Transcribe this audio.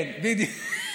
כן, בדיוק.